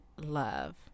love